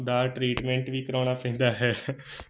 ਦਾ treatment ਵੀ ਕਰਾਉਣਾ ਪੈਂਦਾ ਹੈ